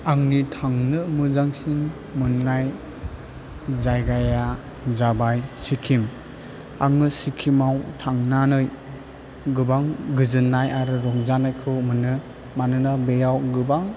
आंनि थांनो मोजांसिन मोननाय जायगाया जाबाय सिक्किम आङो सिक्किमाव थांनानै गोबां गोजोन्नाय आरो रंजानायखौ मोनो मानोना बेयाव गोबां